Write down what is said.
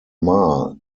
mar